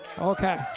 Okay